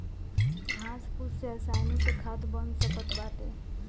घास फूस से आसानी से खाद बन सकत बाटे